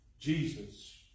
Jesus